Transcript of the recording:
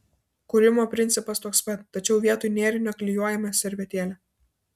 kūrimo principas toks pat tačiau vietoj nėrinio klijuojame servetėlę